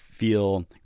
feel